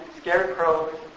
scarecrows